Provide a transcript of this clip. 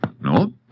No